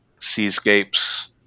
seascapes